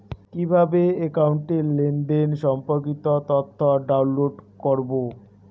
কিভাবে একাউন্টের লেনদেন সম্পর্কিত তথ্য ডাউনলোড করবো?